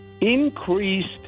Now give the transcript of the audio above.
increased